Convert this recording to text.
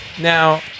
now